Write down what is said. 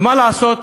ומה לעשות,